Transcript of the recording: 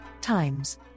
times